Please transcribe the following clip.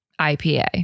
IPA